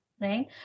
right